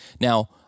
Now